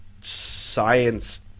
science